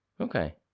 okay